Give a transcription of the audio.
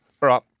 right